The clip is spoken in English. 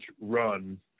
run